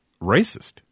racist